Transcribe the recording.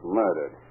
murdered